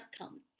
outcome